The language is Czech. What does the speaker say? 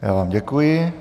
Já vám děkuji.